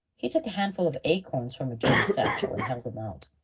he took a handful of acorns from a dirty satchel, and held them out,